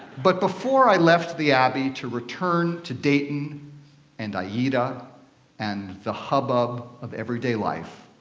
but before i left the abbey to return to dayton and aida and the hubbub of everyday life,